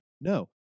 No